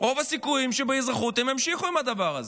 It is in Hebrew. רוב הסיכויים שבאזרחות הם ימשיכו עם הדבר הזה.